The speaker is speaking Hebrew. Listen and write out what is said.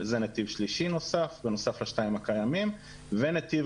זה נתיב שלישי נוסף בנוסף לשניים הקיימים ונתיב